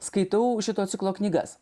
skaitau šito ciklo knygas